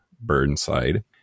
Burnside